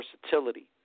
versatility